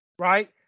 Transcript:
Right